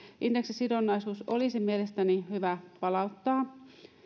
indeksisidonnaisuus olisi mielestäni hyvä palauttaa